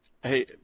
Hey